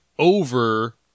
over